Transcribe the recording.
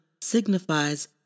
signifies